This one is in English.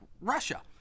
Russia